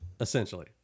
Essentially